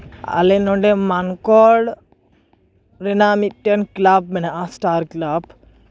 ᱟᱞᱮ ᱱᱚᱰᱮ ᱢᱟᱱᱠᱚᱲ ᱨᱮᱱᱟᱜ ᱢᱤᱫᱴᱮᱱ ᱠᱞᱟᱵᱽ ᱢᱮᱱᱟᱜᱼᱟ ᱥᱴᱟᱨ ᱠᱞᱟᱵᱽ